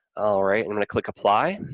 all right, i'm going to click apply,